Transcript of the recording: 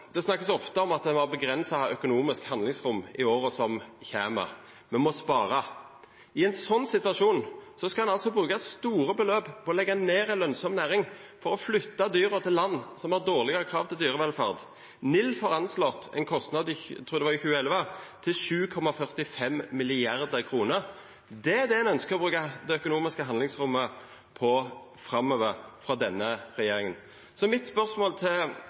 Det vert ofte snakka om at det vert avgrensa økonomisk handlingsrom i åra som kjem. Me må spara. I ein slik situasjon skal ein altså bruka store summar til å leggja ned ei lønsam næring for å flytta dyra til land som har dårlegare krav til dyrevelferd. NILF har anslått ein kostnad – eg trur det var i 2014 – på 7,45 mrd. kr. Det er det denne regjeringa ønskjer å bruka det økonomiske handlingsrommet til framover.